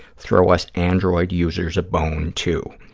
throw us android users a bone, too.